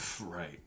Right